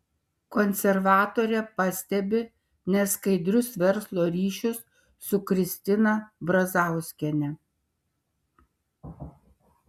konservatorė pastebi neskaidrius verslo ryšius su kristina brazauskiene